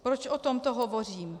Proč o tomto hovořím?